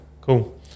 Cool